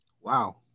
Wow